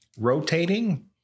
rotating